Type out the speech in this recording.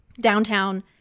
downtown